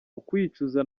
ukwicuza